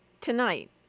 Tonight